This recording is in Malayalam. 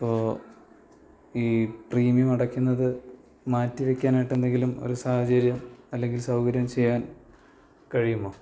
അപ്പോൾ ഈ പ്രീമിയം അടയ്ക്കുന്നത് മാറ്റിവെക്കാനായിട്ടെന്തെങ്കിലും ഒരു സാഹചര്യം അല്ലെങ്കിൽ സൗകര്യം ചെയ്യാൻ കഴിയുമോ